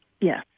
Yes